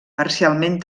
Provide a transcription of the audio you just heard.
parcialment